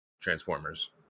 Transformers